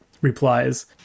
replies